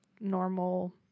normal